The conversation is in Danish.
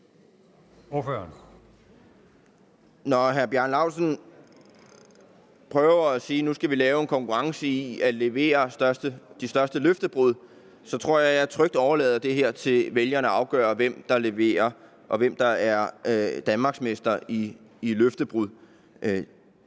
Når hr. Bjarne Laustsen prøver at sige, at nu skal vi have en konkurrence om at levere de største løftebrud, så tror jeg, at jeg trygt vil overlade det til vælgerne at afgøre, hvem der er danmarksmester i løftebrud.